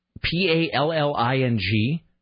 P-A-L-L-I-N-G